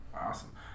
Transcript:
awesome